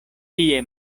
tie